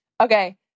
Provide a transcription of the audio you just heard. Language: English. Okay